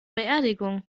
beerdigung